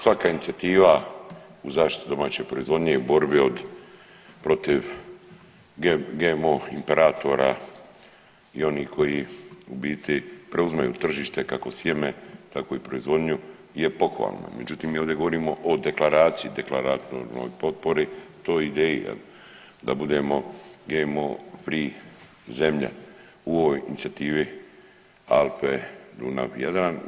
Svaka inicijativa u zaštitu domaće proizvodnje i u borbi protiv GMO imperatora i onih koji u biti preuzimaju tržište kako sjeme tako i proizvodnju je pohvalno, međutim mi ovdje govorimo o deklaraciji, deklarativnoj potpori, toj ideji jel da budemo GMO free zemlja u ovoj inicijativi Alpe-Dunav-Jadran.